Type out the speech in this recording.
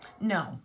No